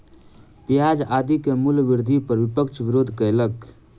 प्याज आदि के मूल्य वृद्धि पर विपक्ष विरोध कयलक